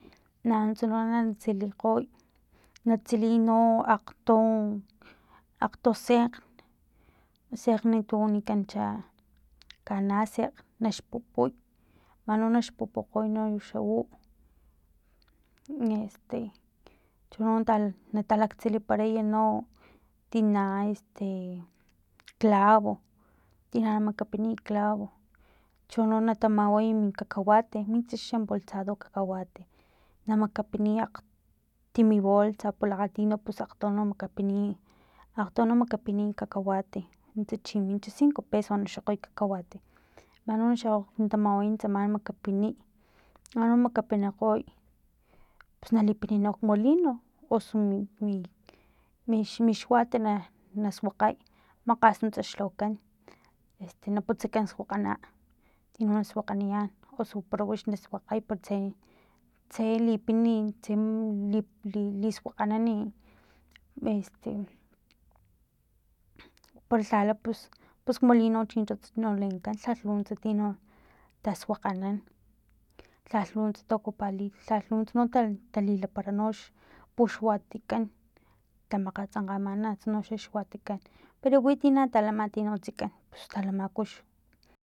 Nanuntsa no na tsilikgoy na tsiliy no akgto akgto sekgn sekgne tu wanikan cha kanasekg naxpupuy manno na xpupukgoy uno xa u este chono nata natalktsilipatay no tina este clavo tina na makapiniy clavo chono na tamaway min cacahuate minsxa enbolsado no cacahuate na makapiniy akgtimi bolsa pero lakgatiy no pusakgto na makapiniy akgto na makapiñiy cacahuate nuntsa chi cinco pesos na xokgoy cacahuate mano na tamaway tsama na makapiniy mani na makapinikgoy pus nalipin nok molino osu mix mixuat na nasuakgay makgas nuntsa xlhawakan este na putsakan suakgana ti na suakganiyan osu para wix na suakgay para tse tse lipin lip lisuakganan este palhala pus pusmolino nuntsast no na lenkan lhat lu nuts tino tasuakganan lhal lu nunts ta ocuparli lhallu nuts tali talilapara kpuxuatikan tamakgatsankgamana noxa kxuatikan pero witi na talama ti laktsikankan pus talama ku kx